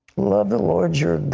love the lord your